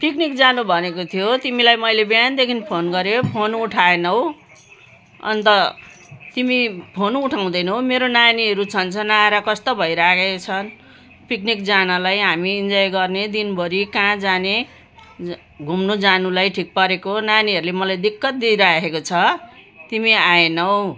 picnic जानु भनेको थियो हो तिमीलाई मैले बिहानदेखि फोन गरेको फोनै उठाएनौ अन्त तिमी फोनै उठाउँदैनौँ मेरो नानीहरू छनछनाएर कस्तो भइरहेको छन् पिक्निक जानलाई हामी इन्जोय गर्ने दिनभरि कहाँ जाने घुम्नु जानुलाई ठिक परेको नानीहरूले मलाई दिक्कत दिइरहेको छ तिमी आएनौ